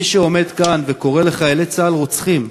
מי שעומד כאן וקורא לחיילי צה"ל "רוצחים"